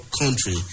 country